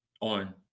on